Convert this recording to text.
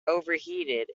overheated